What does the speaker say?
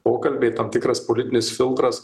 pokalbiai tam tikras politinis filtras